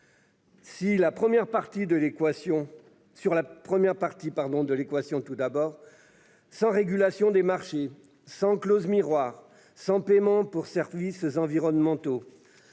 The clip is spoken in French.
la première partie de l'équation, sans régulation des marchés, sans clauses miroirs, sans paiements pour services environnementaux,